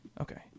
Okay